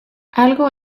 algo